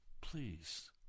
Please